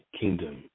kingdom